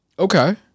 Okay